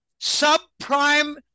subprime